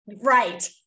right